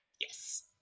Yes